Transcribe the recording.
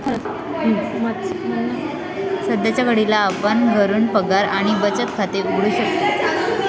सध्याच्या घडीला आपण घरून पगार आणि बचत खाते उघडू शकतो